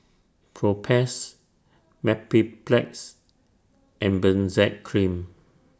Propass Mepilex and Benzac Cream